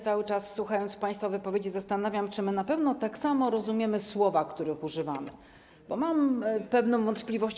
Cały czas, słuchając państwa wypowiedzi, zastanawiam się, czy na pewno tak samo rozumiemy słowa, których używamy, bo mam pewną wątpliwość.